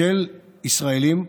של ישראלים,